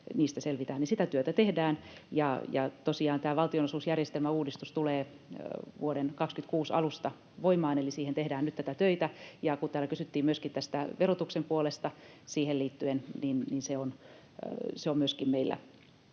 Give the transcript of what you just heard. niistä selvitään. Sitä työtä tehdään, ja tosiaan tämä valtionosuusjärjestelmän uudistus tulee vuoden 26 alusta voimaan, eli siihen tehdään nyt tätä työtä. Kun täällä kysyttiin myöskin tästä verotuksen puolesta siihen liittyen, niin se on myöskin meillä